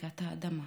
בחלקת האדמה.